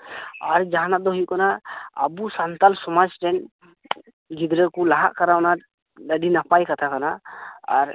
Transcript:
ᱟᱨ ᱡᱟᱦᱟᱱᱟᱜ ᱫᱚ ᱦᱩᱭᱩᱜ ᱠᱟᱱᱟ ᱟᱵᱚ ᱥᱟᱱᱛᱟᱲ ᱥᱚᱢᱟᱡᱽ ᱨᱮᱱ ᱜᱤᱫᱽᱨᱟᱹ ᱠᱚ ᱞᱟᱦᱟᱜ ᱠᱟᱱᱟ ᱚᱱᱟ ᱟᱹᱰᱤ ᱱᱟᱯᱟᱭ ᱠᱟᱛᱷᱟ ᱠᱟᱱᱟ ᱟᱨ